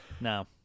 No